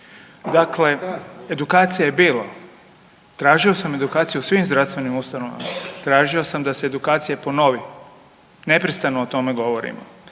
Dakle, edukacija je bilo, tražio sam edukaciju u svim zdravstvenim ustanovama, tražio sam da se edukacija ponovi. Neprestano o tome govorimo.